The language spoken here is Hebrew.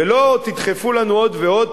ולא תדחפו לנו עוד ועוד,